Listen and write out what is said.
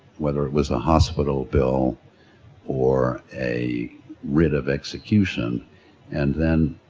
whether it was a hospital bill or a writ of execution and then